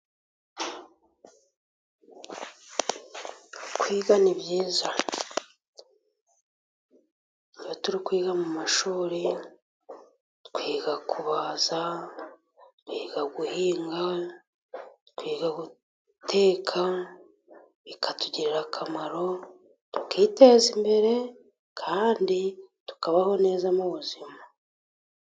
Kwiga ni byiza. Iyo turi kwiga mu Mashuri twiga kubaza, twiga guhinga, twiga guteka, bikatugirira akamaro, tukiteza imbere kandi tukabaho neza mu buzima.